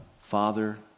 Father